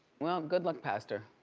well, good luck, pastor.